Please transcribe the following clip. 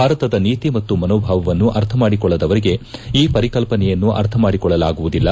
ಭಾರತದ ನೀತಿ ಮತ್ತು ಮನೋಭಾವವನ್ನು ಅರ್ಥಮಾಡಿಕೊಳ್ಳದವರಿಗೆ ಈ ಪರಿಕಲ್ಪನೆಯನ್ನು ಅರ್ಥಮಾಡಿಕೊಳ್ಳಲಾಗುವುದಿಲ್ಲ